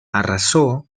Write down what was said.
arrasó